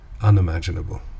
unimaginable